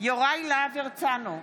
יוראי להב הרצנו,